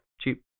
cheap